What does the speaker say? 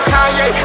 Kanye